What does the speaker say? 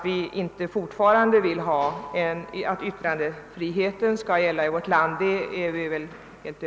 Vi får väl vänta och se vad den kan leda till.